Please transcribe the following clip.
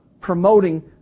promoting